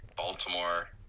Baltimore